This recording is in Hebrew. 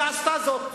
היא עשתה זאת,